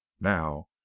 Now